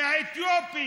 מהאתיופים,